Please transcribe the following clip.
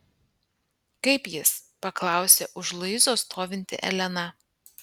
kaip jis paklausė už luizos stovinti elena